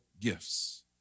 gifts